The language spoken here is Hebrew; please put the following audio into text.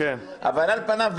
אבל על פניו,